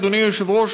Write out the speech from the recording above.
אדוני היושב-ראש,